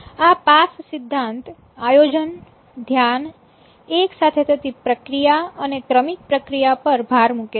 આ પાસ સિદ્ધાંત આયોજન ધ્યાન એક સાથે થતી પ્રક્રિયા અને ક્રમિક પ્રક્રિયા પર ભાર મૂકે છે